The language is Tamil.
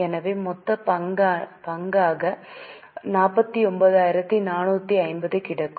எனவே மொத்த பங்காக 49450 கிடைக்கும்